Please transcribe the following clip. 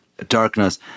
Darkness